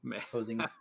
posing